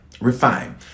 Refine